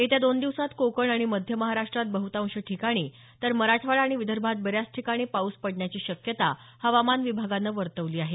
येत्या दोन दिवसात कोकण आणि मध्य महाराष्ट्रात बहतांश ठिकाणी तर मराठवाडा आणि विदर्भात बऱ्याच ठिकाणी पाऊस पडण्याची शक्यता हवामान विभागानं वर्तवली आहे